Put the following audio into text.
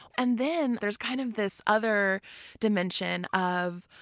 and then, there's kind of this other dimension of